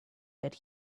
that